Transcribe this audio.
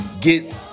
get